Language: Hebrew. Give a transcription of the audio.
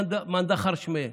מאן דכר שמיה,